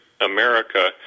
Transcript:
America